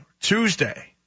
Tuesday